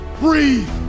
Breathe